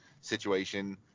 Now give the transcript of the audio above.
situation